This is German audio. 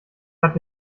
hat